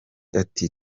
ati